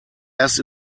erst